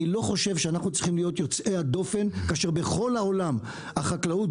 אני לא חושב שאנחנו צריכים להיות יוצאי הדופן כאשר בכל העולם החקלאות,